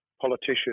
politician